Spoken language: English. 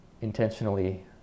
intentionally